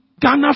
Ghana